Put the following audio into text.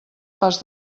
pas